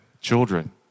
children